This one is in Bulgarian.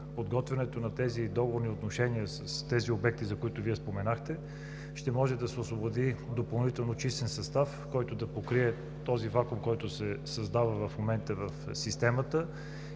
подготвянето на договорни отношения с обектите, за които Вие споменахте, ще може да се освободи допълнително числен състав, който да покрие вакуума, който се създава в момента в системата.